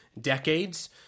decades